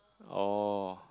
oh